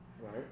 Right